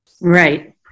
right